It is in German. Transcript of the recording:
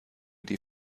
die